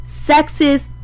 sexist